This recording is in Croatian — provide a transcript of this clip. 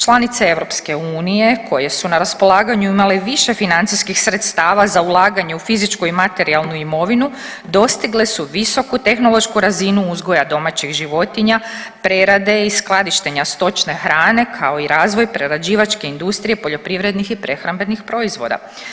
Članice EU koje su na raspolaganju imale više financijskih sredstava za ulaganje u fizičku i materijalnu imovinu dostigle su visoku tehnološku razinu uzgoja domaćih životinja, prerade i skladištenja stočne hrane, kao i razvoj prerađivačke industrije poljoprivrednih i prehrambenih proizvoda.